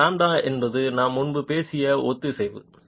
இந்த τ0 என்பது நாம் முன்பு பேசிய ஒத்திசைவு